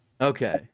okay